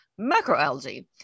macroalgae